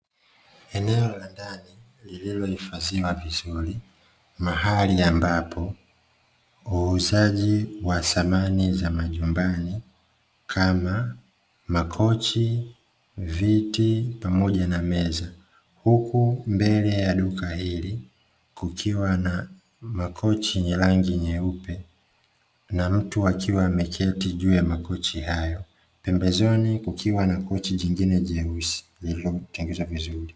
Eneo la ndani lililohifadhiwa vizuri, mahali ambapo uuzaji wa samani za majumbani kama: makochi, viti, pamoja na meza. Huku mbele ya duka hili kukiwa na makochi yenye rangi nyeupe, na mtu akiwa ameketi juu ya makochi hayo, pembezoni kukiwa na kochi jingine jeusi lililotengenezwa vizuri.